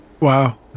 Wow